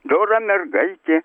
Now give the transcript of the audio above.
dora mergaitė